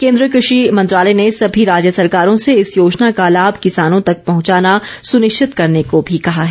केन्द्रीय कुषि मंत्रालय ने सभी राज्य सरकारों से इस योजना का लाभ किसानों तक पहुंचाना सुनिश्चित करने को भी कहा है